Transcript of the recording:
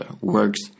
works